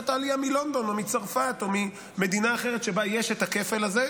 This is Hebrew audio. עלייה מלונדון או מצרפת או ממדינה אחרת שבה יש הכפל הזה,